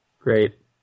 Great